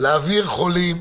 להעביר חולים,